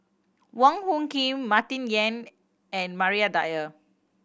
Wong Hung Khim Martin Yan and Maria Dyer